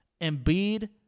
Embiid